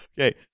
Okay